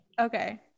Okay